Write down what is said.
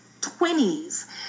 20s